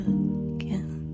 again